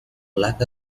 lack